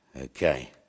Okay